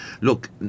look